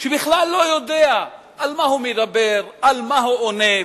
שבכלל לא יודע על מה הוא מדבר, על מה הוא עונה.